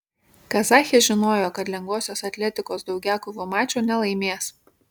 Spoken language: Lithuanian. kazachės žinojo kad lengvosios atletikos daugiakovių mačo nelaimės